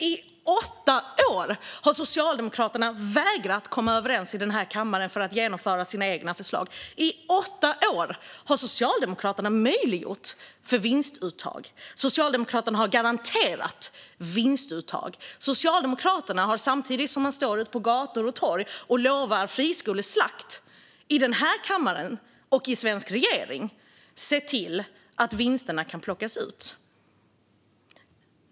I åtta år har Socialdemokraterna vägrat att komma överens i den här kammaren för att genomföra sina egna förslag. I åtta år har Socialdemokraterna möjliggjort vinstuttag. Socialdemokraterna har garanterat vinstuttag. Socialdemokraterna har, samtidigt som de stått ute på gator och torg och lovat friskoleslakt, i denna kammare och i regeringsställning sett till att vinsterna har kunnat plockas ut.